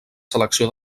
selecció